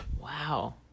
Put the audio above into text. wow